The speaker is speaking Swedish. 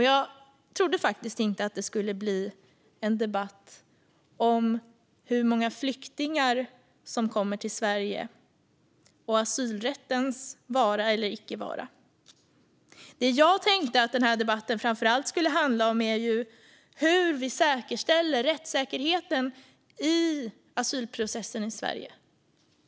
Jag trodde inte att det skulle bli en debatt om hur många flyktingar som kommer till Sverige och om asylrättens vara eller icke vara, utan jag tänkte att denna debatt framför allt skulle handla om hur vi säkerställer rättssäkerheten i asylprocessen i Sverige.